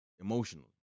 Emotionally